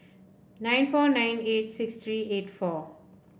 nine four nine eight six three eight four